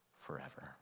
forever